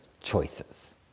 choices